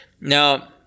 Now